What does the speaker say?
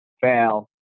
fail